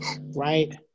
right